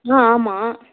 ஆ ஆமாம்